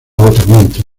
agotamiento